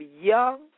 young